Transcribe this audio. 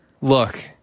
look